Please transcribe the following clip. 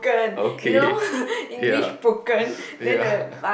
okay ya ya